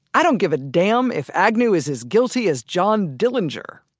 i don't give a damn if agnew is as guilty as john dillinger.